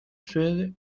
suède